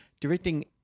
directing